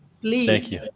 please